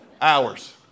Hours